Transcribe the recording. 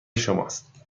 شماست